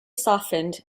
softened